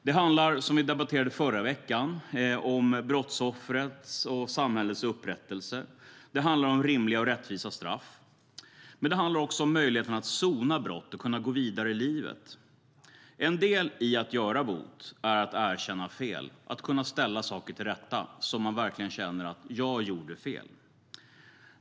Det handlar om brottsoffrets och samhällets upprättelse, som vi debatterade förra veckan. Det handlar om rimliga och rättvisa straff. Det handlar också om möjligheten att sona brott och gå vidare i livet. En del i att göra bot är att erkänna fel och kunna ställa saker till rätta när man gjort fel.